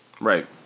Right